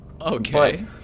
okay